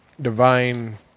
Divine